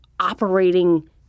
operating